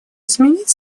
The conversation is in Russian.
изменить